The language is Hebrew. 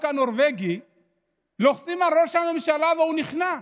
הנורבגי לוחצים על ראש הממשלה והוא נכנע,